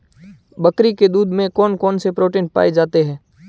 बकरी के दूध में कौन कौनसे प्रोटीन पाए जाते हैं?